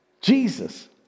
Jesus